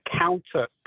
counter